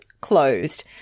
closed